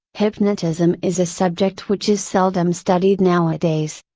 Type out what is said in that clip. hypnotism is a subject which is seldom studied nowadays.